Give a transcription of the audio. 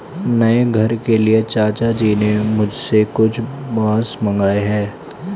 नए घर के लिए चाचा जी ने मुझसे कुछ बांस मंगाए हैं